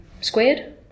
squared